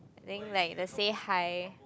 I think like to say hi